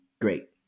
great